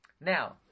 Now